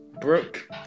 Brooke